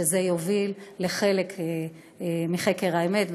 זה יוביל לחלק מחקר האמת,